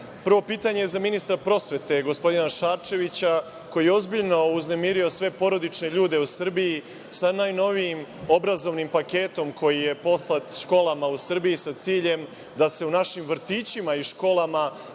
pitanje je za ministra prosvete, gospodina Šarčevića, koji je ozbiljno uznemirio sve porodične ljude u Srbiji sa najnovijim obrazovnim paketom koji je poslat školama u Srbiji, sa ciljem da se u našim vrtićima i školama